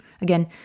Again